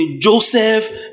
Joseph